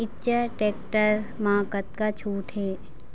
Eicher tractor म कतका छूट हे?